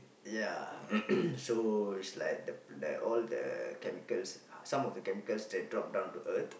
yeah so it's like the all the chemicals some of the chemicals that drop down to Earth